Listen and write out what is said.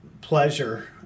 pleasure